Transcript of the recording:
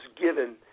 given